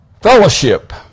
Fellowship